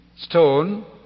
stone